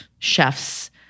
chefs